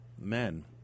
men